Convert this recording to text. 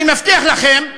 אני מבטיח לכם,